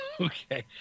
Okay